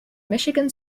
michigan